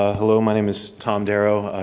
ah hello, my name is tom darrow. i